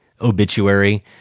obituary